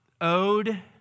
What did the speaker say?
owed